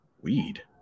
Weed